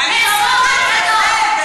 את אוכלת במסעדה,